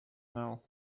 now